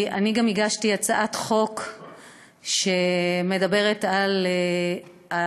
אני גם הגשתי הצעת חוק שמדברת על המלחמה